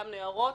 גם נערות,